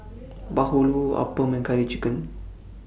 Bahulu Appam and Curry Chicken